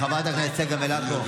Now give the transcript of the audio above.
תודה, חברת הכנסת צגה מלקו.